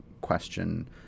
question